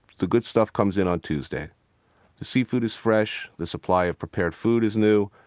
the good stuff comes in on tuesday the seafood is fresh, the supply of prepared food is new,